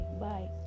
Bye